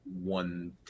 one